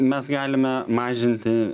mes galime mažinti